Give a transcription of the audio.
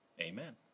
amen